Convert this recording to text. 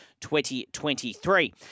2023